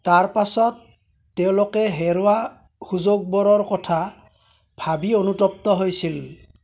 তেওঁলোকে হেৰোৱা সুযোগবোৰৰ কথা ভাবি অনুতপ্ত হৈছিল